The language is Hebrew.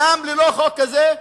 גם ללא החוק הזה,